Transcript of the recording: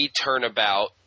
Turnabout